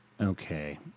okay